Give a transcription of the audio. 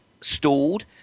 stalled